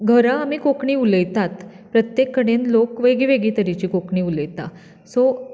घरा आमी कोंकणी उलयतात प्रत्येक कडेन लोक वेगळी वेगळी कोंकणी उलयता सो